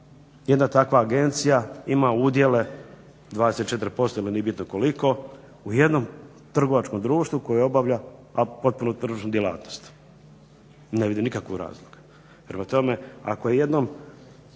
jedna takva agencija ima udjele 24% ili nije bitno koliko u jednom trgovačkom društvu koje obavlja potpunu tržišnu djelatnost. Ne vidim nikakvu razliku. Prema tome, ako je jednom